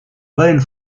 baleine